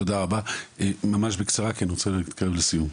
תודה רבה, וממש בקצרה כי אני רוצה לסיום.